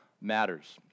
matters